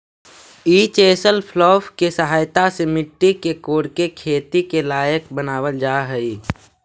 ई chisel plough के सहायता से मट्टी के कोड़के खेती के लायक बनावल जा हई